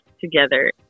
together